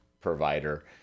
provider